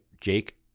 Jake